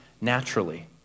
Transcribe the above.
naturally